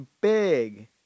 big